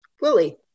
Willie